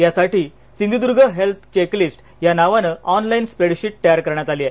यासाठी Sindhudurg health checklist या नावाने ऑनलाईन स्प्रेडशिट तयार करण्यात आली आहे